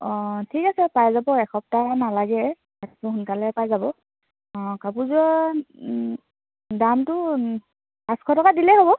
অঁ ঠিক আছে পাই যাব এসপ্তাহ নালাগেই সোনকালে পাই যাব অঁ কাপোৰযোৰৰ দামটো পাঁচশ টকা দিলেই হ'ব